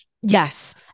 yes